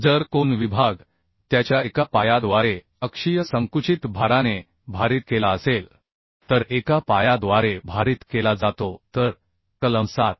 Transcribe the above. जर कोन विभाग त्याच्या एका पायाद्वारे अक्षीय संकुचित भाराने भारित केला असेल तर एका पायाद्वारे भारित केला जातो तर कलम 7